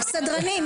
סדרנים,